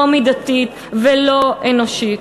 לא מידתית ולא אנושית.